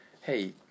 hey